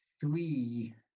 three